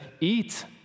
eat